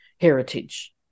heritage